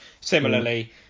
Similarly